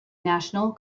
national